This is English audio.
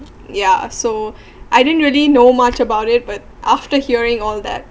ya so I didn't really know much about it but after hearing all that